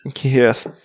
Yes